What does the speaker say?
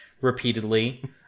repeatedly